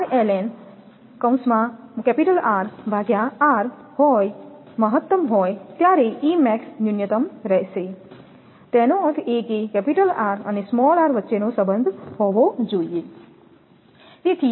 જ્યારે rln R r મહત્તમ હોય ત્યારે E max ન્યૂનતમ રહેશે તેનો અર્થ એ કે કેપિટલ R અને સ્મોલ r વચ્ચેનો સંબંધ હોવો જોઈએ